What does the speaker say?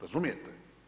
Razumijete?